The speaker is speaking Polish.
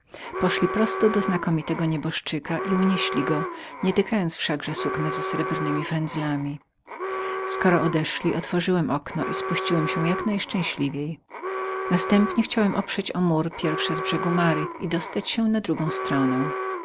poszli prosto do znakomitego nieboszczyka i unieśli go nietykając wszakże sukna ze srebrnemi frendzlami skoro odeszli otworzyłem okno i spuściłem się jak najszczęśliwiej następnie chciałem oprzeć o mur które z trag i dostać się na drugą stronę